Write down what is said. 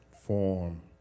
form